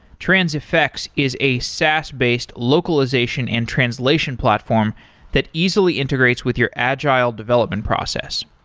transifex is a saas based localization and translation platform that easily integrates with your agile development process.